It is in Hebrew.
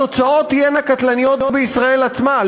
התוצאות תהיינה קטלניות בישראל עצמה.